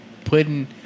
Putting